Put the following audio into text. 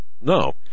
No